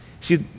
see